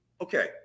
Okay